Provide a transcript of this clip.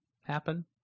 happen